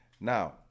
Now